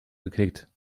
geknickt